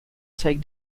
take